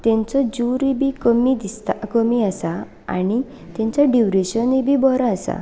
तेंचो जुरूय बी कमी दिसता कमी आसा आनी तेंचे डुरेशनूय बी बरो आसा